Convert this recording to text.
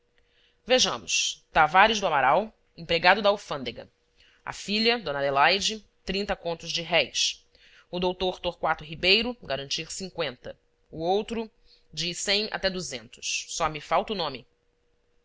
vejamos tavares do amaral empregado da alfândega a filha d adelaide trinta contos de réis o dr torquato ribeiro garantir cinqüenta o outro de cem até duzentos só me falta o nome